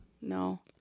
no